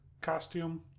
costume